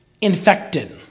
infected